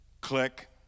Click